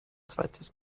zweites